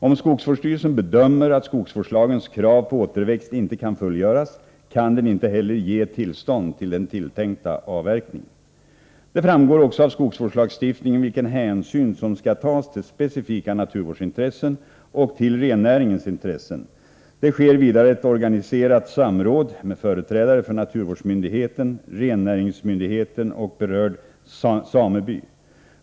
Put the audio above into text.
Om skogsvårdsstyrelsen bedömer att skogsvårdslagens krav på återväxt inte kan fullgöras kan den inte heller ge tillstånd till den tilltänkta avverkningen. Det framgår också av skogsvårdslagstiftningen vilken hänsyn som skall tas till specifika naturvårdsintressen och till rennäringens intressen. Det sker vidare ett organiserat samråd med företrädare för naturvårdsmyndigheten, rennäringsmyndigheten och berörd sameby.